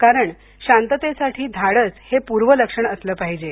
कारण शांततेसाठी धाडस हे पुर्वलक्षण असलं पाहिजे